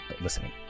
listening